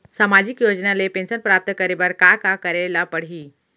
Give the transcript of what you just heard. सामाजिक योजना ले पेंशन प्राप्त करे बर का का करे ल पड़ही?